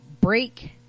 break